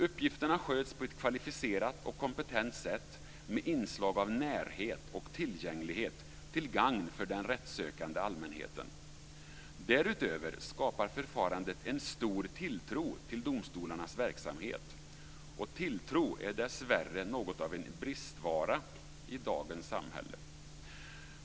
Uppgifterna sköts på ett kvalificerat och kompetent sätt med inslag av närhet och tillgänglighet, till gagn för den rättssökande allmänheten. Därutöver skapar förfarandet en stor tilltro till domstolarnas verksamhet. Tilltro är dessvärre något av en bristvara i dagens samhälle.